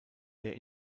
der